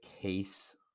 case